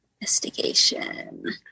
Investigation